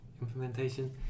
implementation